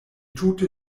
tute